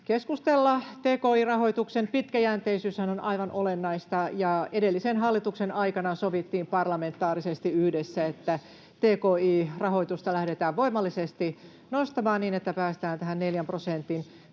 keskustella. Tki-rahoituksen pitkäjänteisyyshän on aivan olennaista, ja edellisen hallituksen aikana sovittiin parlamentaarisesti yhdessä, että tki-rahoitusta lähdetään voimallisesti nostamaan niin, että päästään tähän neljän prosentin